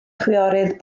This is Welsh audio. chwiorydd